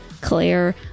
Claire